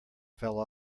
fell